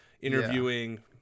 interviewing